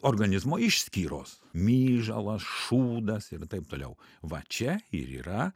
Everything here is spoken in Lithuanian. organizmo išskyros myžalas šūdas ir taip toliau va čia ir yra